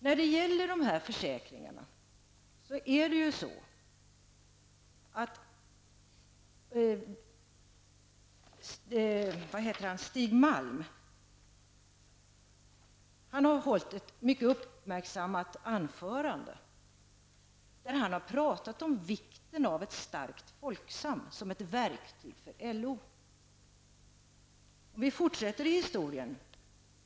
När det gäller de här försäkringarna har ju Stig Malm hållit ett anförande som har uppmärksammats väldigt mycket. Han talade vid det aktuella tillfället om vikten av ett starkt Folksam som ett verktyg för LO. Jag skall uppehålla mig ytterligare ett slag vid vad som nu är historia.